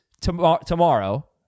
tomorrow